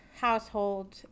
Household